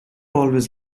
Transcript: always